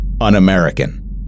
un-American